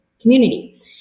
community